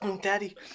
Daddy